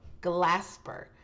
Glasper